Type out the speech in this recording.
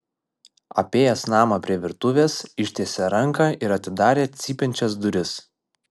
apėjęs namą prie virtuvės ištiesė ranką ir atidarė cypiančias duris